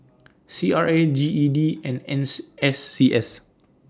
C R A G E D and Ns S C S